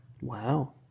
Wow